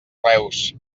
reus